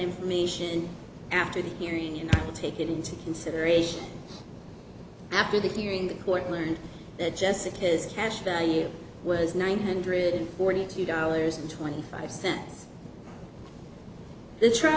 information after the hearing and take it into consideration after the hearing the court learned that jessica's cash value was nine hundred forty two dollars and twenty five cents the tr